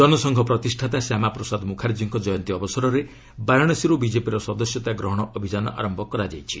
ଜନସଂଘ ପ୍ରତିଷ୍ଠାତା ଶ୍ୟାମାପ୍ରସାଦ ମୁଖାର୍ଜୀଙ୍କ କୟନ୍ତୀ ଅବସରରେ ବାରାଣସୀରୁ ବିଜେପିର ସଦସ୍ୟତା ଗ୍ରହଣ ଅଭିଯାନ ଆରମ୍ଭ କରାଯାଇଛି